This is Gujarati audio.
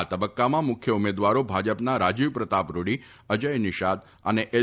આ તબક્કામાં મુખ્ય ઉમેદવારો ભાજપના રાજીવ પ્રતાપ રૂડી અજય નિષાદ અને એલ